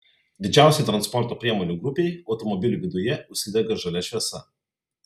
didžiausiai transporto priemonių grupei automobilių viduje užsidega žalia šviesa